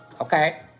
Okay